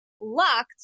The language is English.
Locked